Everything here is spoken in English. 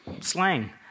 slang